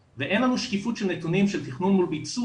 ואין לנו שקיפות של נתונים של תכנון מול ביצוע,